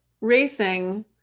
racing